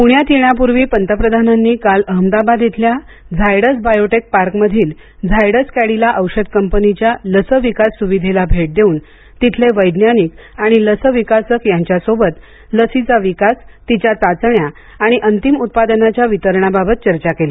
पुण्यात येण्यापूर्वी पंतप्रधानांनी अहमदाबाद इथल्या झायडस बायोटेक पार्कमधील झायडस कॅडिला औषध कंपनीच्या लस विकास सुविधेला मोदी यांनी भेट देऊन तिथले वैज्ञानिक आणि लस विकासक यांच्यासोबत लसीचा विकास तिच्या चाचण्या आणि अंतिम उत्पादनाच्या वितरणाबाबत चर्चा केली